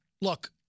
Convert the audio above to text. look